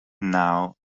now